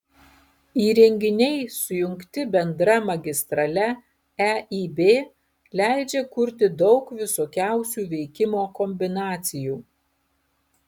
įrenginiai sujungti bendra magistrale eib leidžia kurti daug visokiausių veikimo kombinacijų